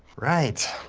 right.